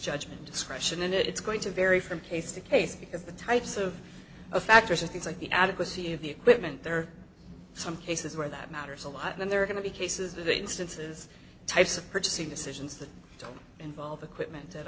judgment discretion and it's going to vary from case to case because the types of factors are things like the adequacy of the equipment there are some cases where that matters a lot and there are going to be cases of instances types of purchasing decisions that don't involve equipment at